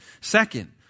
Second